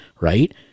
Right